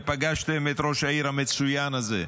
ופגשתם את ראש העיר המצוין הזה,